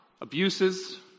abuses